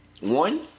one